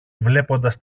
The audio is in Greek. βλέποντας